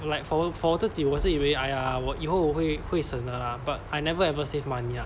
like for for 我自己我是以为哎呀我以后会会省的啦 but I never ever save money